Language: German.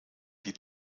die